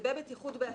לגבי בטיחות בהסעה,